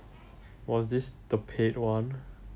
was this the paid one